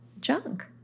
junk